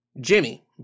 jimmy